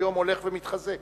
היום הולך ומתחזק.